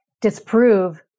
disprove